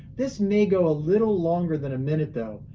this may go a little longer than a minute, though,